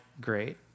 great